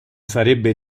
sarebbe